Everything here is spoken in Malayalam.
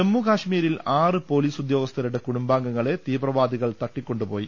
ജമ്മുകാശ് മീരിൽ ആറ് പോലീസ് ഉദ്യോഗസ്ഥരുടെ കുടുംബാംഗങ്ങളെ തീവ്രവാദികൾ തട്ടിക്കൊണ്ടുപോയി